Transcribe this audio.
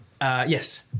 Yes